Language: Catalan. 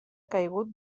caigut